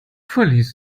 verließ